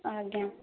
ଆଜ୍ଞା